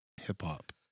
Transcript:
Hip-hop